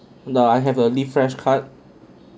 no I have a live fresh card card